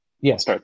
Yes